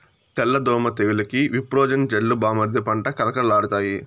తెల్ల దోమ తెగులుకి విప్రోజిన్ చల్లు బామ్మర్ది పంట కళకళలాడతాయి